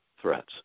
threats